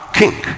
king